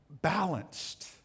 Balanced